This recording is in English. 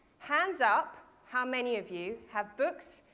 hands up how many of you have books,